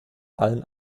allen